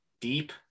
deep